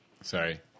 sorry